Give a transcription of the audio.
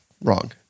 wrong